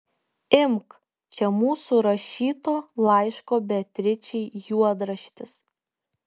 imk čia mūsų rašyto laiško beatričei juodraštis